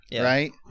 Right